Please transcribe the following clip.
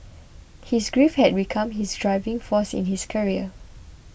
his grief had become his driving force in his career